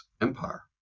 empire